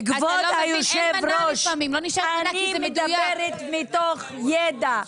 כבוד היושב-ראש, אני מדברת מתוך ידע.